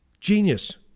genius